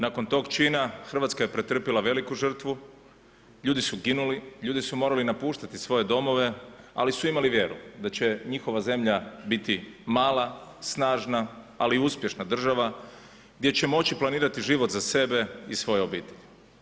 Nakon tog čina Hrvatska je pretrpila veliku žrtvu, ljudi su ginuli, ljudi su morali napuštati svoje domove, ali su imali vjeru da će njihova zemlja biti mala, snažna, ali uspješna država gdje će moći planirati život za sebe i svoje obitelji.